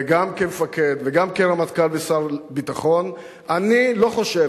גם כמפקד וגם כרמטכ"ל וכשר ביטחון אני לא חושב,